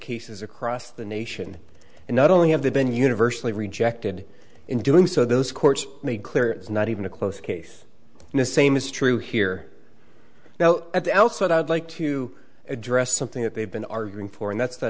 cases across the nation and not only have they been universally rejected in doing so those court made clear it's not even a close case and the same is true here now at the outset i'd like to address something that they've been arguing for and that